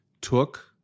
took